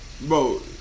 Bro